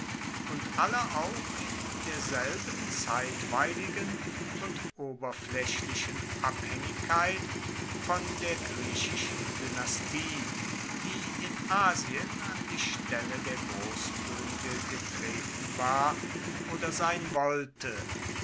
und alle auch in derselben zeitweiligen und oberflaechlichen abhaengigkeit von der griechischen dynastie die in asien an die stelle der grosskoenige getreten war oder sein wollte